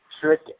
trick